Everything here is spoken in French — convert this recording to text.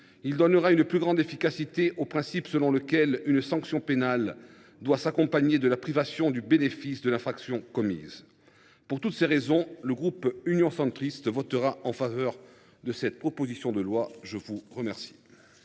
il donnera une plus grande effectivité au principe selon lequel une sanction pénale doit s’accompagner de la privation du bénéfice de l’infraction commise. Pour toutes ces raisons, le groupe Union Centriste votera en faveur de cette proposition de loi. La parole